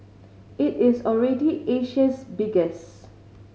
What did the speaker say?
it is already Asia's biggest